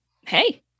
Hey